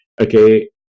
Okay